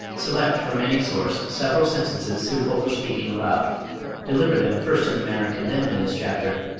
select from any source several sentences suitable for speaking aloud deliver them first in the manner condemned in this chapter,